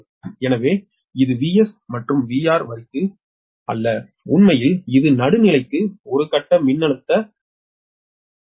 எனவே இது VS மற்றும் VR வரிக்கு ஒரு வரி அல்ல உண்மையில் இது நடுநிலைக்கு ஒரு கட்ட மின்னழுத்த வலது கோடு